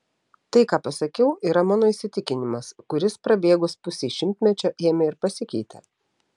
tai ką pasakiau yra mano įsitikinimas kuris prabėgus pusei šimtmečio ėmė ir pasikeitė